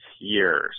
years